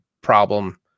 problem